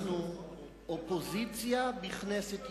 אנחנו אופוזיציה בכנסת ישראל.